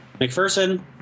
McPherson